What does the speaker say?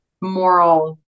moral